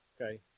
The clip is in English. okay